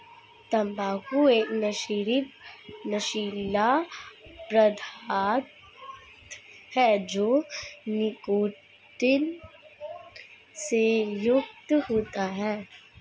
तंबाकू एक नशीला पदार्थ है जो निकोटीन से युक्त होता है